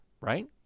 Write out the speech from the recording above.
right